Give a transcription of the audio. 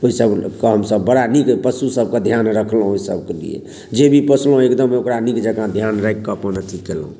ओहि सभके हमसभ बड़ा नीक पशुसभके ध्यान रखलहुँ ओहिसभके लिए जे भी पशु अइ एकदम ओकरा नीक जँका ध्यान राखि कऽ अपन अथि कयलहुँ